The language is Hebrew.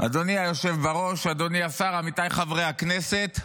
אדוני היושב בראש, אדוני השר, עמיתיי חברי הכנסת,